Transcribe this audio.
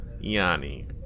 Yanni